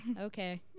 okay